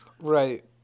Right